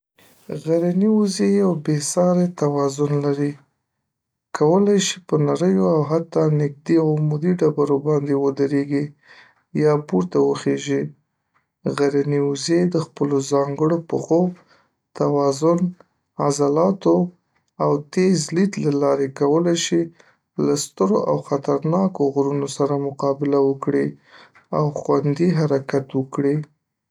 .غرني وزي یو بې‌ساری توازن لري، کولی شي په نریو او حتا نږدې عمودي ډبرو باندې ودرېږي یا پورته وخیژي .غرني وزې د خپلو ځانګړو پښو، توازن، عضلاتو او تیز لید له لارې کولی شي له سترو او خطرناکو غرونو سره مقابله وکړي او خوندي حرکت وکړي